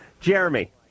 Jeremy